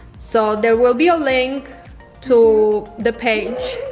so there will be a link to the page.